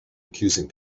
accusing